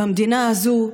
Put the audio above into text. במדינה הזאת,